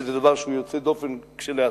שזה דבר שהוא יוצא דופן כשלעצמו,